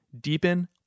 deepen